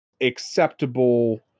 acceptable